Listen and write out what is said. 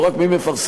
לא רק מי מפרסם,